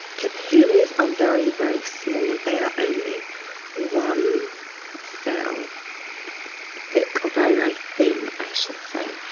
capillaries are very, very small. they are only one cell thick, or very, very think i should say.